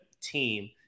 team